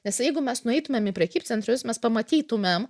nes jeigu mes nueitumėm į prekybcentrius mes pamatytumėm